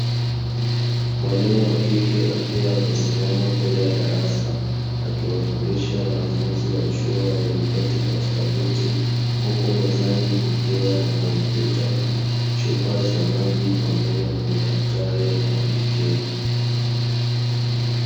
Mwalimu wa kike akiwa amesimama mbele ya darasa, akiwafundisha wanafunzi wa chuo walioketi katika viti, huku mezani kukiwa na kompyuta, chupa za maji pamoja na madaftari ya kuandikia.